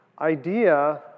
idea